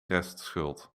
restschuld